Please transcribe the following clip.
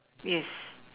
yes